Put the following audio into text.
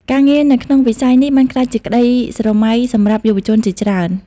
ការងារនៅក្នុងវិស័យនេះបានក្លាយជាក្ដីស្រមៃសម្រាប់យុវជនជាច្រើន។